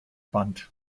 band